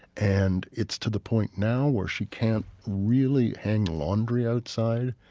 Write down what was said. and it's to the point now where she can't really hang laundry outside.